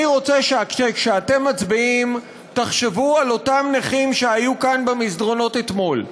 אני רוצה שכשאתם מצביעים תחשבו על אותם נכים שהיו כאן במסדרונות אתמול.